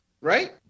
right